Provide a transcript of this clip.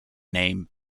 name